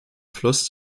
fluss